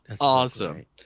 Awesome